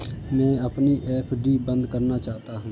मैं अपनी एफ.डी बंद करना चाहता हूँ